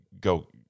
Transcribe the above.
go